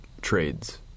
trades